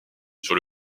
sur